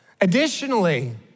Additionally